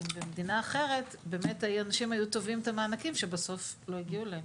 אם במדינה אחרת אנשים היו תובעים את המענקים שבסוף לא הגיעו להם.